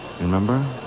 Remember